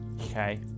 Okay